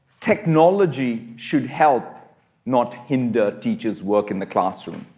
technology should help not hinder teacher's work in the classroom.